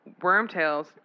Wormtails